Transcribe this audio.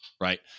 right